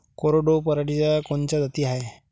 कोरडवाहू पराटीच्या कोनच्या जाती हाये?